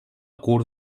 curt